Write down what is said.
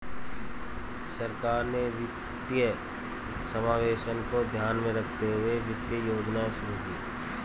सरकार ने वित्तीय समावेशन को ध्यान में रखते हुए वित्तीय योजनाएं शुरू कीं